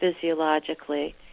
physiologically